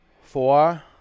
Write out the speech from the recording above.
four